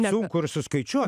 sunku ir suskaičiuot